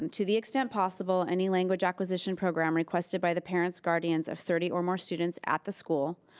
um to the extent possible any language acquisition program requested by the parents, guardians of thirty or more students at the school,